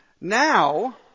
Now